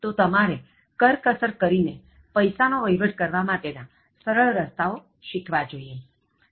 તો તમારે કરકસર કરીને પૈસાનો વહિવટ કરવા માટે ના સરળ રસ્તાઓ શીખવા જોઇએ